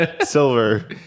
silver